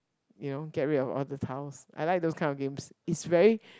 you know get rid of all the tiles I like those type of games it's very